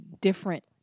different